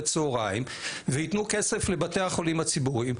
צוהריים ויתנו כסף לבתי החולים הציבוריים.